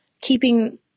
keeping